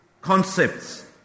concepts